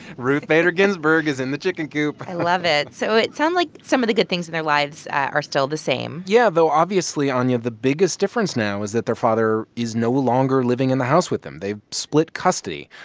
ruth bader ginsburg is in the chicken coop i love it. so it sounds like some of the good things in their lives are still the same yeah, though, obviously, anya, the biggest difference now is that their father is no longer living in the house with them. they've split custody.